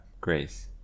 Grace